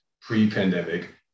pre-pandemic